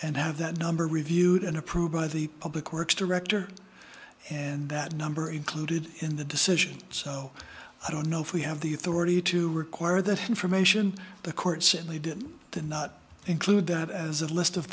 and have that number reviewed and approved by the public works director and that number included in the decision so i don't know if we have the authority to require that information the court simply did not include that as a list of